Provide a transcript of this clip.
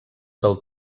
del